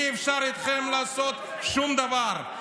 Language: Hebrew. אי-אפשר איתכם לעשות שום דבר.